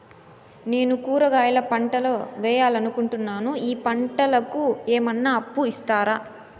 నేను కూరగాయల పంటలు వేయాలనుకుంటున్నాను, ఈ పంటలకు ఏమన్నా అప్పు ఇస్తారా?